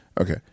okay